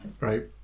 right